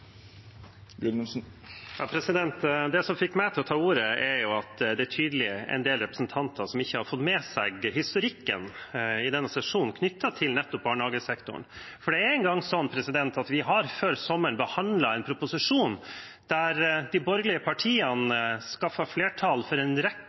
Det som fikk meg til å ta ordet, er at det tydeligvis er en del representanter som ikke har fått med seg historikken i denne sesjonen knyttet til nettopp barnehagesektoren. For det er engang sånn at vi før sommeren behandlet en proposisjon der de borgerlige partiene skaffet flertall for en rekke